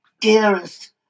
dearest